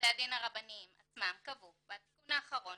שבתי הדין הרבניים עצמם קבעו בתיקון האחרון